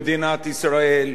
בעיקר בני-נוער,